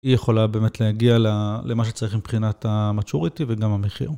היא יכולה באמת להגיע למה שצריך מבחינת ה-maturity וגם המחיר.